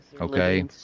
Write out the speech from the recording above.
Okay